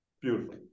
beautiful